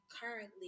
currently